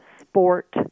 sport